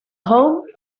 home